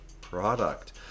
product